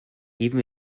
even